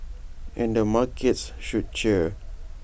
and the markets should cheer